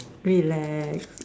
relax